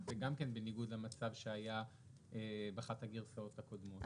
זה גם כן בניגוד למצב שהיה באחת הגרסאות הקודמות.